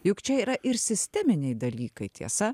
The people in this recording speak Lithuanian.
juk čia yra ir sisteminiai dalykai tiesa